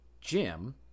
Jim